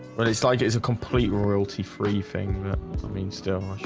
but it's like it's a complete loyalty free thing i mean still